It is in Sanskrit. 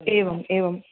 एवम् एवम्